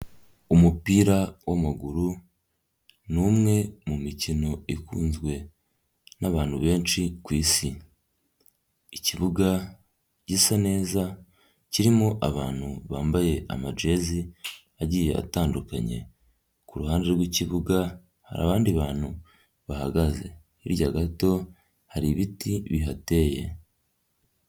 Umupira w'amaguru ni umwe mu mikino ikunzwe n'abantu benshi ku Isi, ikibuga gisa neza kirimo abantu bambaye amajezi agiye atandukanye, ku ruhande rw'ikibuga hari abandi bantu bahagaze, hirya gato hari ibiti bihateye.